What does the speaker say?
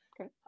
Okay